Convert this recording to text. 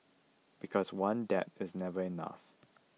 because one dab is never enough